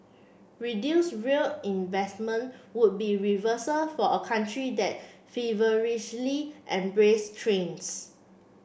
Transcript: reduce rail investment would be reversal for a country that's feverishly embraced trains